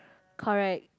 correct